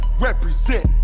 represent